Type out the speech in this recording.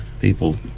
people